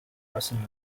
passing